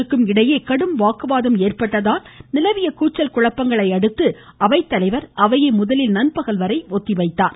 வெங்கையாநாயுடு இடையே கடும் வாக்குவாதம் ஏற்பட்டதால் நிலவிய கூச்சல் குழப்பங்களையடுத்து அவைத்தலைவர் அவையை முதலில் நண்பகல் வரை ஒத்திவைத்தார்